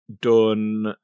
done